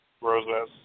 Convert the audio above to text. Rosa